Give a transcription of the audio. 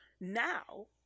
Now